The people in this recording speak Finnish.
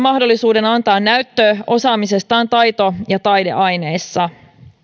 mahdollisuuden antaa näyttö osaamisestaan taito ja taideaineissa